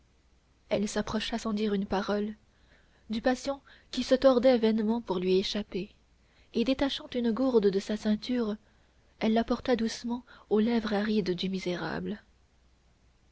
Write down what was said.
elle s'approcha sans dire une parole du patient qui se tordait vainement pour lui échapper et détachant une gourde de sa ceinture elle la porta doucement aux lèvres arides du misérable